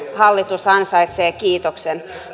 hallitus ansaitsee kiitoksen